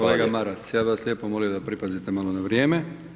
Kolega Maras, ja bi vas lijepo molio da pripazite malo na vrijeme.